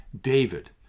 David